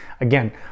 again